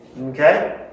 Okay